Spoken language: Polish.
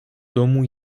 domu